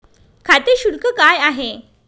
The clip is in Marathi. खाते शुल्क काय आहे?